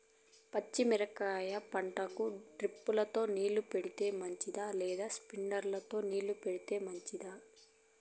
పచ్చి మిరపకాయ పంటకు డ్రిప్ తో నీళ్లు పెడితే మంచిదా లేదా స్ప్రింక్లర్లు తో నీళ్లు పెడితే మంచిదా?